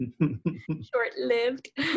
Short-lived